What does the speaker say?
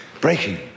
breaking